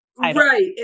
right